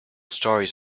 stories